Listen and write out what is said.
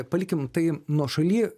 palikim tai nuošaly